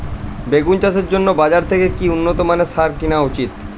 বেগুন চাষের জন্য বাজার থেকে কি উন্নত মানের সার কিনা উচিৎ?